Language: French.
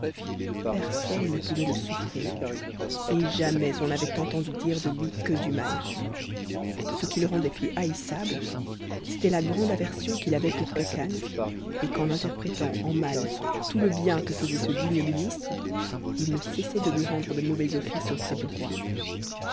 personne ne pouvait le soum'ir et jamais on n'avait tendu dire de lui que du mai ce qui le rendait plus haïssable c'était la ndc aversion qu'il avait pour khacan et qu'en interprétant en mal tout t'n que taisait ce digne ministre i ne cessait de lui rendre de mauvais i cs auprès du roi